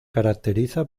caracteriza